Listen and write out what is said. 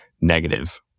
negative